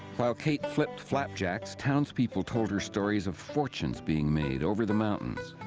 while kate flipped flapjacks townspeople told her stories of fortunes being made over the mountains.